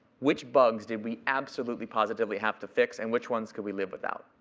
which bugs did we absolutely, positively have to fix. and which ones could we live without?